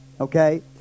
Okay